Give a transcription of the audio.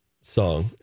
song